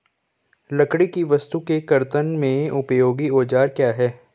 लकड़ी की वस्तु के कर्तन में उपयोगी औजार क्या हैं?